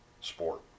sport